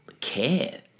care